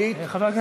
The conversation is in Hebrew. תראה,